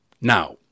Now